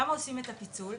למה עושים את הפיצול?